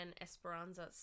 Esperanza